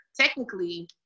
technically